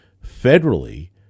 federally